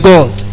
God